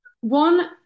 one